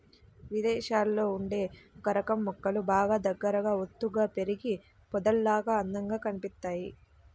ఇదేశాల్లో ఉండే ఒకరకం మొక్కలు బాగా దగ్గరగా ఒత్తుగా పెరిగి పొదల్లాగా అందంగా కనిపిత్తయ్